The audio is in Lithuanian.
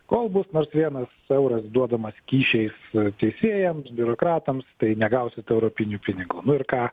kol bus nors vienas euras duodamas kyšiais teisėjams biurokratams tai negausit europinių pinigų nu ir ką